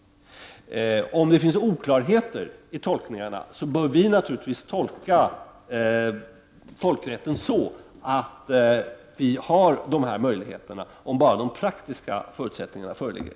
Om det finns oklarheter i tolkningarna, bör vi naturligtvis tolka folkrätten så att vi har dessa möjligheter om bara de praktiska förutsättningarna föreligger.